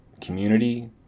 community